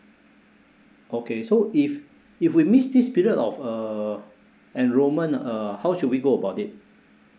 okay so if if we miss this period of uh enrollment uh how should we go about it